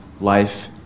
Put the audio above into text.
life